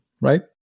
right